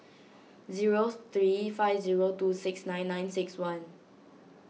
zero three five zero two six nine nine six one